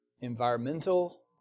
Environmental